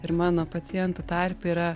ir mano pacientų tarpe yra